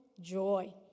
joy